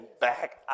back